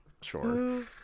Sure